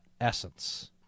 essence